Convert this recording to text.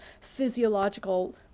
physiological